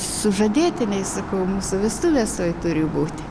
sužadėtiniai sakau mūsų vestuvės tuoj turi būti